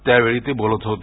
त्यावेळी ते बोलत होते